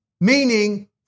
meaning